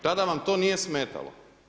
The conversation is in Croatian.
Tada vam to nije smetalo.